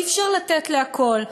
אי-אפשר לתת להכול.